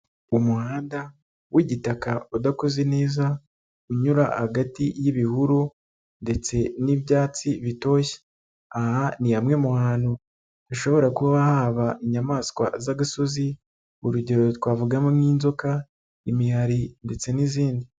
Umuhanda w'igitaka udakoze neza, unyura hagati y'ibihuru ndetse n'ibyatsi bitoshye. Aha ni hamwe mu hantu hashobora kuba haba inyamaswa z'agasozi, urugero twavugamo nk'inzoka, imihari ndetse n'izindi.